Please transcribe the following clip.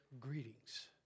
greetings